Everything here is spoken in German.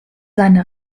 seine